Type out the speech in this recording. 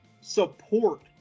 support